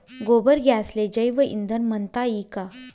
गोबर गॅसले जैवईंधन म्हनता ई का?